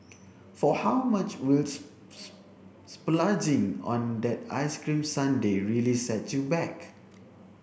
for how much will splurging on that ice cream sundae really set you back